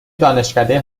دانشکده